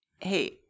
hey